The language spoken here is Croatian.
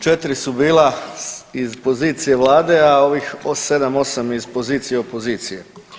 4 su bila iz pozicije Vlade, a ovih 7, 8 iz pozicije opozicije.